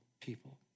people